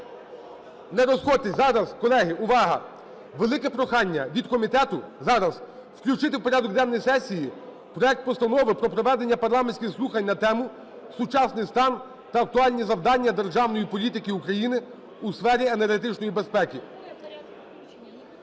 Не розходьтесь, зараз, колеги, увага, велике прохання від комітету зараз включити в порядок денний сесії проект Постанови про проведення парламентських слухань на тему: "Сучасний стан та актуальні завдання державної політики України у сфері енергетичної безпеки".